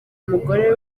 umugore